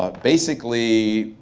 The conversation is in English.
ah basically,